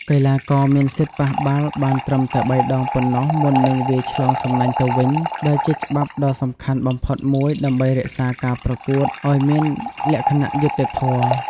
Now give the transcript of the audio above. កីឡាករមានសិទ្ធិប៉ះបាល់បានត្រឹមតែបីដងប៉ុណ្ណោះមុននឹងវាយឆ្លងសំណាញ់ទៅវិញ ដែលជាច្បាប់ដ៏សំខាន់បំផុតមួយដើម្បីរក្សាការប្រកួតឲ្យមានលក្ខណៈយុត្តិធម៌។